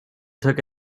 took